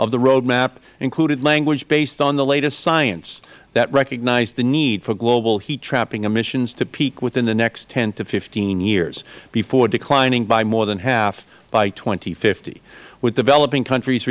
of the road map included language based on the latest science that recognized the need for global heat trapping emissions to peak within the next ten to fifteen years before declining by more than half by two thousand and fifty with developing countries